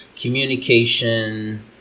Communication